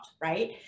right